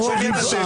על מה מתבכיינים?